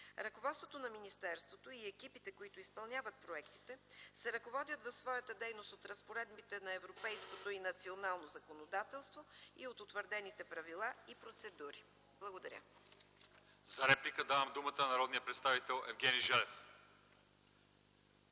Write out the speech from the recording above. Ръководството на министерството и екипите, изпълняващи проектите, се ръководят в своята дейност от разпоредбите на европейското и националното законодателство и от утвърдените правила и процедури. Благодаря ви. ПРЕДСЕДАТЕЛ ЛЪЧЕЗАР ИВАНОВ: За реплика давам думата на народния представител Евгений Желев.